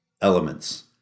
elements